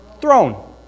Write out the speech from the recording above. Throne